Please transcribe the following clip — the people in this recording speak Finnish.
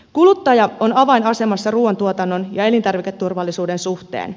kuluttaja on avainasemassa ruuantuotannon ja elintarviketurvallisuuden suhteen